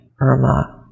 Irma